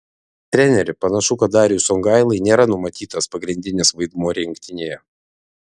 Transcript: treneri panašu kad dariui songailai nėra numatytas pagrindinis vaidmuo rinktinėje